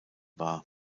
war